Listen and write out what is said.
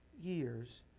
years